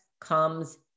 comes